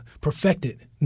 perfected